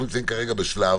אנחנו נמצאים כרגע בשלב